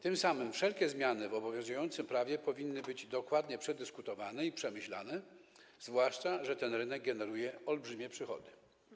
Tym samym wszelkie zmiany w obowiązującym prawie powinny być dokładnie przedyskutowane i przemyślane, zwłaszcza że ten rynek generuje olbrzymie przychody.